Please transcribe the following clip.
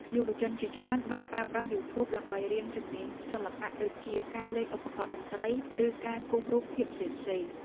យុវជនជាច្រើនបានប្រើប្រាស់យូធូបដើម្បីរៀនជំនាញសិល្បៈដូចជាការលេងឧបករណ៍តន្ត្រី ឬការគូររូបភាពផ្សេងៗ។